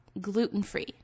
gluten-free